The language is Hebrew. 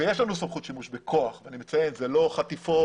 ויש לנו סמכות שימוש בכוח אלה לא חטיפות